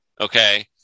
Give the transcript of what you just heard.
Okay